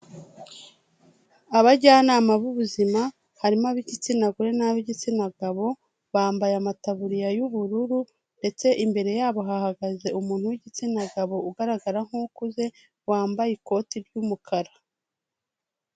Abajyanama b'ubuzima, harimo ab'igitsina gore n'ab'igitsina gabo, bambaye amataburiya y'ubururu ndetse imbere yabo hahagaze umuntu w'igitsina gabo ugaragara nk'ukuze, wambaye ikoti ry'umukara.